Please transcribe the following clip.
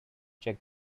check